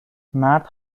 مرد